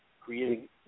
creating